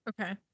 Okay